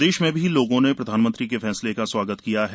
प्रदेश में भी लोगों ने प्रधानमंत्री के फैसले का स्वागत किया है